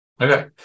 Okay